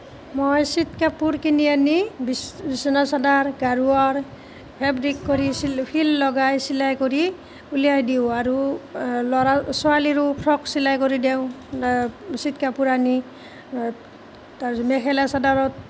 মই চিট কাপোৰ কিনি আনি বিচনা চাদৰ গাৰু ৱাৰ ফেব্ৰিক কৰি চিল ফ্ৰিল লগাই চিলাই কৰি উলিয়াই দিওঁ আৰু ল'ৰা ছোৱালীৰো ফ্ৰক চিলাই কৰি দিওঁ চিট কাপোৰ আনি তাৰপাছত মেখেলা চাদৰত